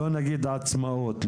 לא נגיד עצמאות,